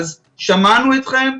שמענו אתכם,